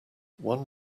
one